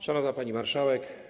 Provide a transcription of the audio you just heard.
Szanowna Pani Marszałek!